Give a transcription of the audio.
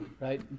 right